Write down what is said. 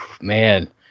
Man